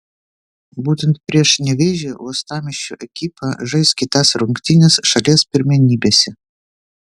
būtent prieš nevėžį uostamiesčio ekipa žais kitas rungtynes šalies pirmenybėse